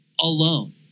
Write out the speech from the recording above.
alone